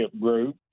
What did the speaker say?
group